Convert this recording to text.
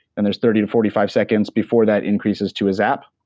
then there's thirty to forty five seconds before that increases to a zap.